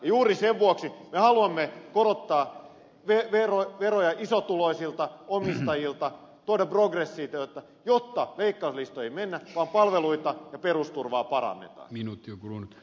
juuri sen vuoksi me haluamme korottaa veroja isotuloisille omistajille tuoda progressiota jotta leikkauslistoihin ei mennä vaan palveluita ja perusturvaa parannetaan